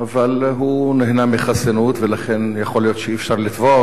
אבל הוא נהנה מחסינות ולכן יכול להיות שאי-אפשר לתבוע אותו,